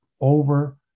over